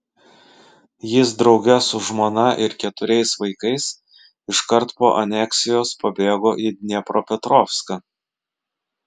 jis drauge su žmona ir keturiais vaikais iškart po aneksijos pabėgo į dniepropetrovską